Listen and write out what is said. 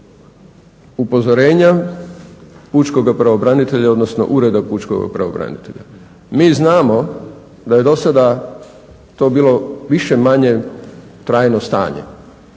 upozorenjima pučkoga pravobranitelja, odnosno Ureda pučkoga pravobranitelja. Mi znamo da je dosada to bilo više-manje trajno stanje,